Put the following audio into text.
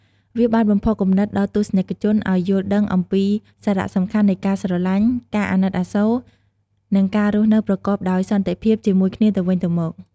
វាបានបំផុសគំនិតដល់ទស្សនិកជនឱ្យយល់ដឹងអំពីសារៈសំខាន់នៃការស្រឡាញ់ ការអាណិតអាសូរ និងការរស់នៅប្រកបដោយសន្តិភាពជាមួយគ្នាទៅវិញទៅមក។